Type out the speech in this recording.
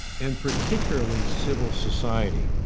and particularly civil society,